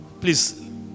Please